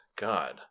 God